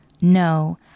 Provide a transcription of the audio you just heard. No